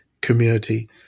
community